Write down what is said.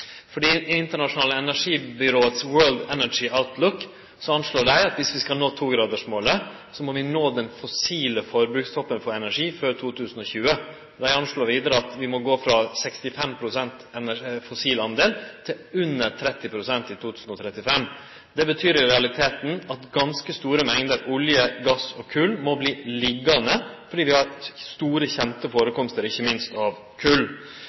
I det internasjonale energibyrået World Energy Outlook anslår dei at dersom vi skal nå 2-gradersmålet, må vi nå den fossile forbrukstoppen for energi før 2020. Dei anslår vidare at vi må gå frå 65 pst. fossildel til under 30 pst. i 2035. Det betyr i realiteten at ganske store mengder olje, gass og kol må verte liggjande fordi vi har store kjende førekomstar – ikkje minst – av